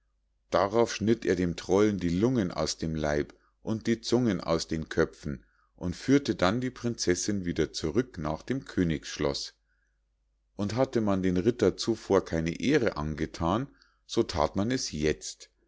darauf schnitt er dem trollen die lungen aus dem leib und die zungen aus den köpfen und führte dann die prinzessinn wieder zurück nach dem königsschloß und hatte man dem ritter zuvor keine ehre angethan so that man es jetzt